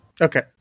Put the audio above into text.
Okay